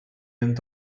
end